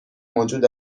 موجود